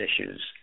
issues